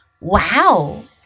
Wow